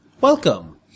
Welcome